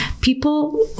People